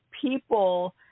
people